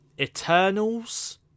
Eternals